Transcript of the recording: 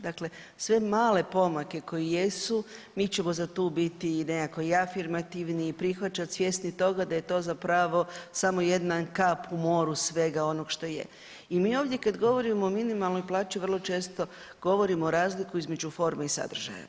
Dakle, sve male pomake koji jesu, mi ćemo za tu biti i nekako i afirmativni i prihvaćati, svjesni toga da je to zapravo samo jedna kap u moru svega onoga što je i mi ovdje kad govorimo o minimalnoj plaći, vrlo često govorimo o razliku između forme i sadržaja.